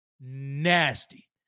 nasty